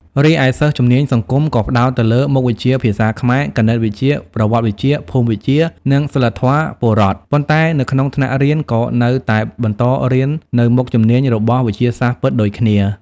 រីឯសិស្សជំនាញសង្គម ក៏ផ្តោតទៅលើ មុខវិជ្ជាភាសាខ្មែរ គណិតវិទ្យា ប្រវត្តិវិទ្យា ភូមិវិទ្យា និងសីលធម៌ពលរដ្ឋ ប៉ុន្តែនៅក្នុងថ្នាក់រៀនក៏នៅតែបន្តរៀននៅមុខជំនាញរបស់វិទ្យាសាស្ត្រពិតដូចគ្នា។